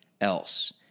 else